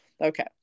Okay